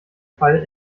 fall